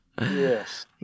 yes